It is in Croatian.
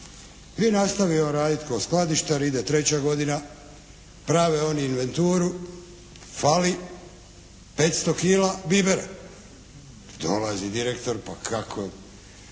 I nastavi on raditi kao skladištar. Ide treća godina. Prave oni inventuru. Fali 500 kila bibera. Dolazi direktor. Pa kako,